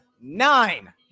nine